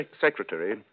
secretary